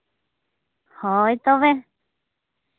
ᱦᱳᱭ ᱛᱚᱵᱮ